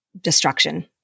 destruction